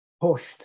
pushed